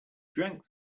drank